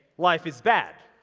life is bad.